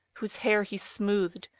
whose hair he smoothed,